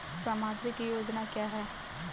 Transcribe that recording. सामाजिक योजना क्या है?